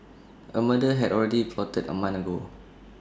A murder had already been plotted A month ago